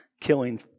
killing